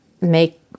make